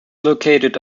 located